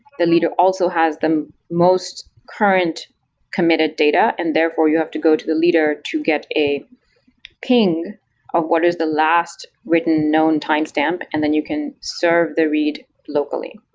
the leader also has them most current committed data. and therefore you have to go to the leader to get a ping of what is the last written known timestamp, and then you can serve the read locally.